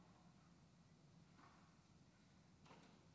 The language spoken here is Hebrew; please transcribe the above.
אינו נוכח, חבר הכנסת מנסור עבאס, מוותר,